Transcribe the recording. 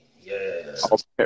yes